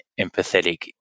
empathetic